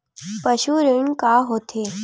पशु ऋण का होथे?